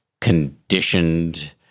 conditioned